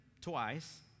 twice